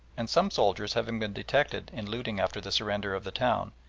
and some soldiers having been detected in looting after the surrender of the town,